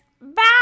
Bye